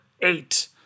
eight